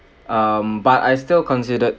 um but I still considered